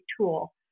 tool